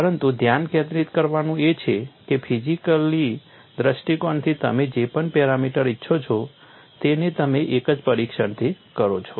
પરંતુ ધ્યાન કેન્દ્રિત કરવાનું એ છે કે ફિઝિકલી દૃષ્ટિકોણથી તમે જે પણ પેરામીટર ઇચ્છો છો તેને તમે એક જ પરીક્ષણથી કરો છો